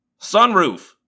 Sunroof